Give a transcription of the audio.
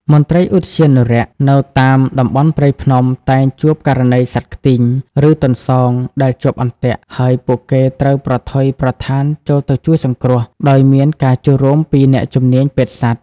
មន្ត្រីឧទ្យានុរក្សនៅតាមតំបន់ព្រៃភ្នំតែងជួបករណីសត្វខ្ទីង ឬទន្សោងដែលជាប់អន្ទាក់ ហើយពួកគេត្រូវប្រថុយប្រថានចូលទៅជួយសង្គ្រោះ ដោយមានការចូលរួមពីអ្នកជំនាញពេទ្យសត្វ។